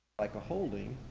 like a holding.